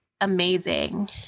amazing